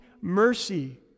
mercy